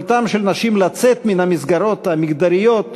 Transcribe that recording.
יכולתן של נשים לצאת מהמסגרות המגדריות